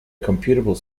computable